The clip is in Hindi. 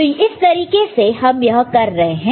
तो इस तरीके से हम यह कर रहे हैं